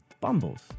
Bumbles